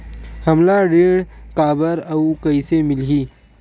हमला ऋण काबर अउ कइसे मिलही?